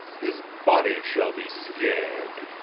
his body shall be scar'd.